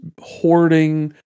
hoarding